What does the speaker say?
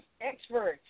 Experts